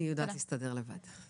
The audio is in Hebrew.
אני יודעת להסתדר לבד.